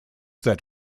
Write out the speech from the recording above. that